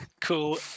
cool